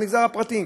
למגזר הפרטי,